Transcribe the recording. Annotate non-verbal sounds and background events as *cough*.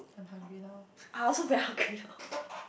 I'm hungry now *laughs*